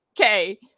Okay